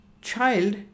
child